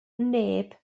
neb